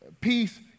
peace